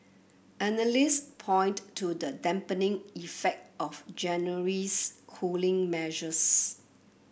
analysts point to the dampening effect of January's cooling measures